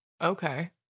okay